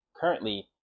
currently